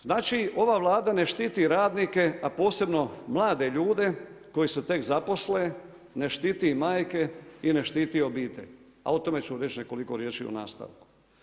Znači ova Vlada ne štititi radnike, a posebno mlade ljude koji se tek zaposle, ne štiti majke i ne štiti obitelj, a o tome ću reći nekoliko riječi u nastavku.